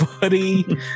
buddy